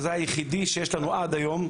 וזה היחידי שיש לנו עד היום,